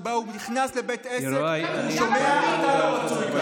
שבה הוא נכנס לבית עסק ושומע: אתה לא רצוי כאן.